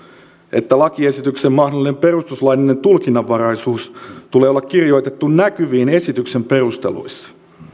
että lakiesityksen mahdollinen perustuslaillinen tulkinnanvaraisuus tulee olla kirjoitettu näkyviin esityksen perusteluissa